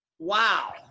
wow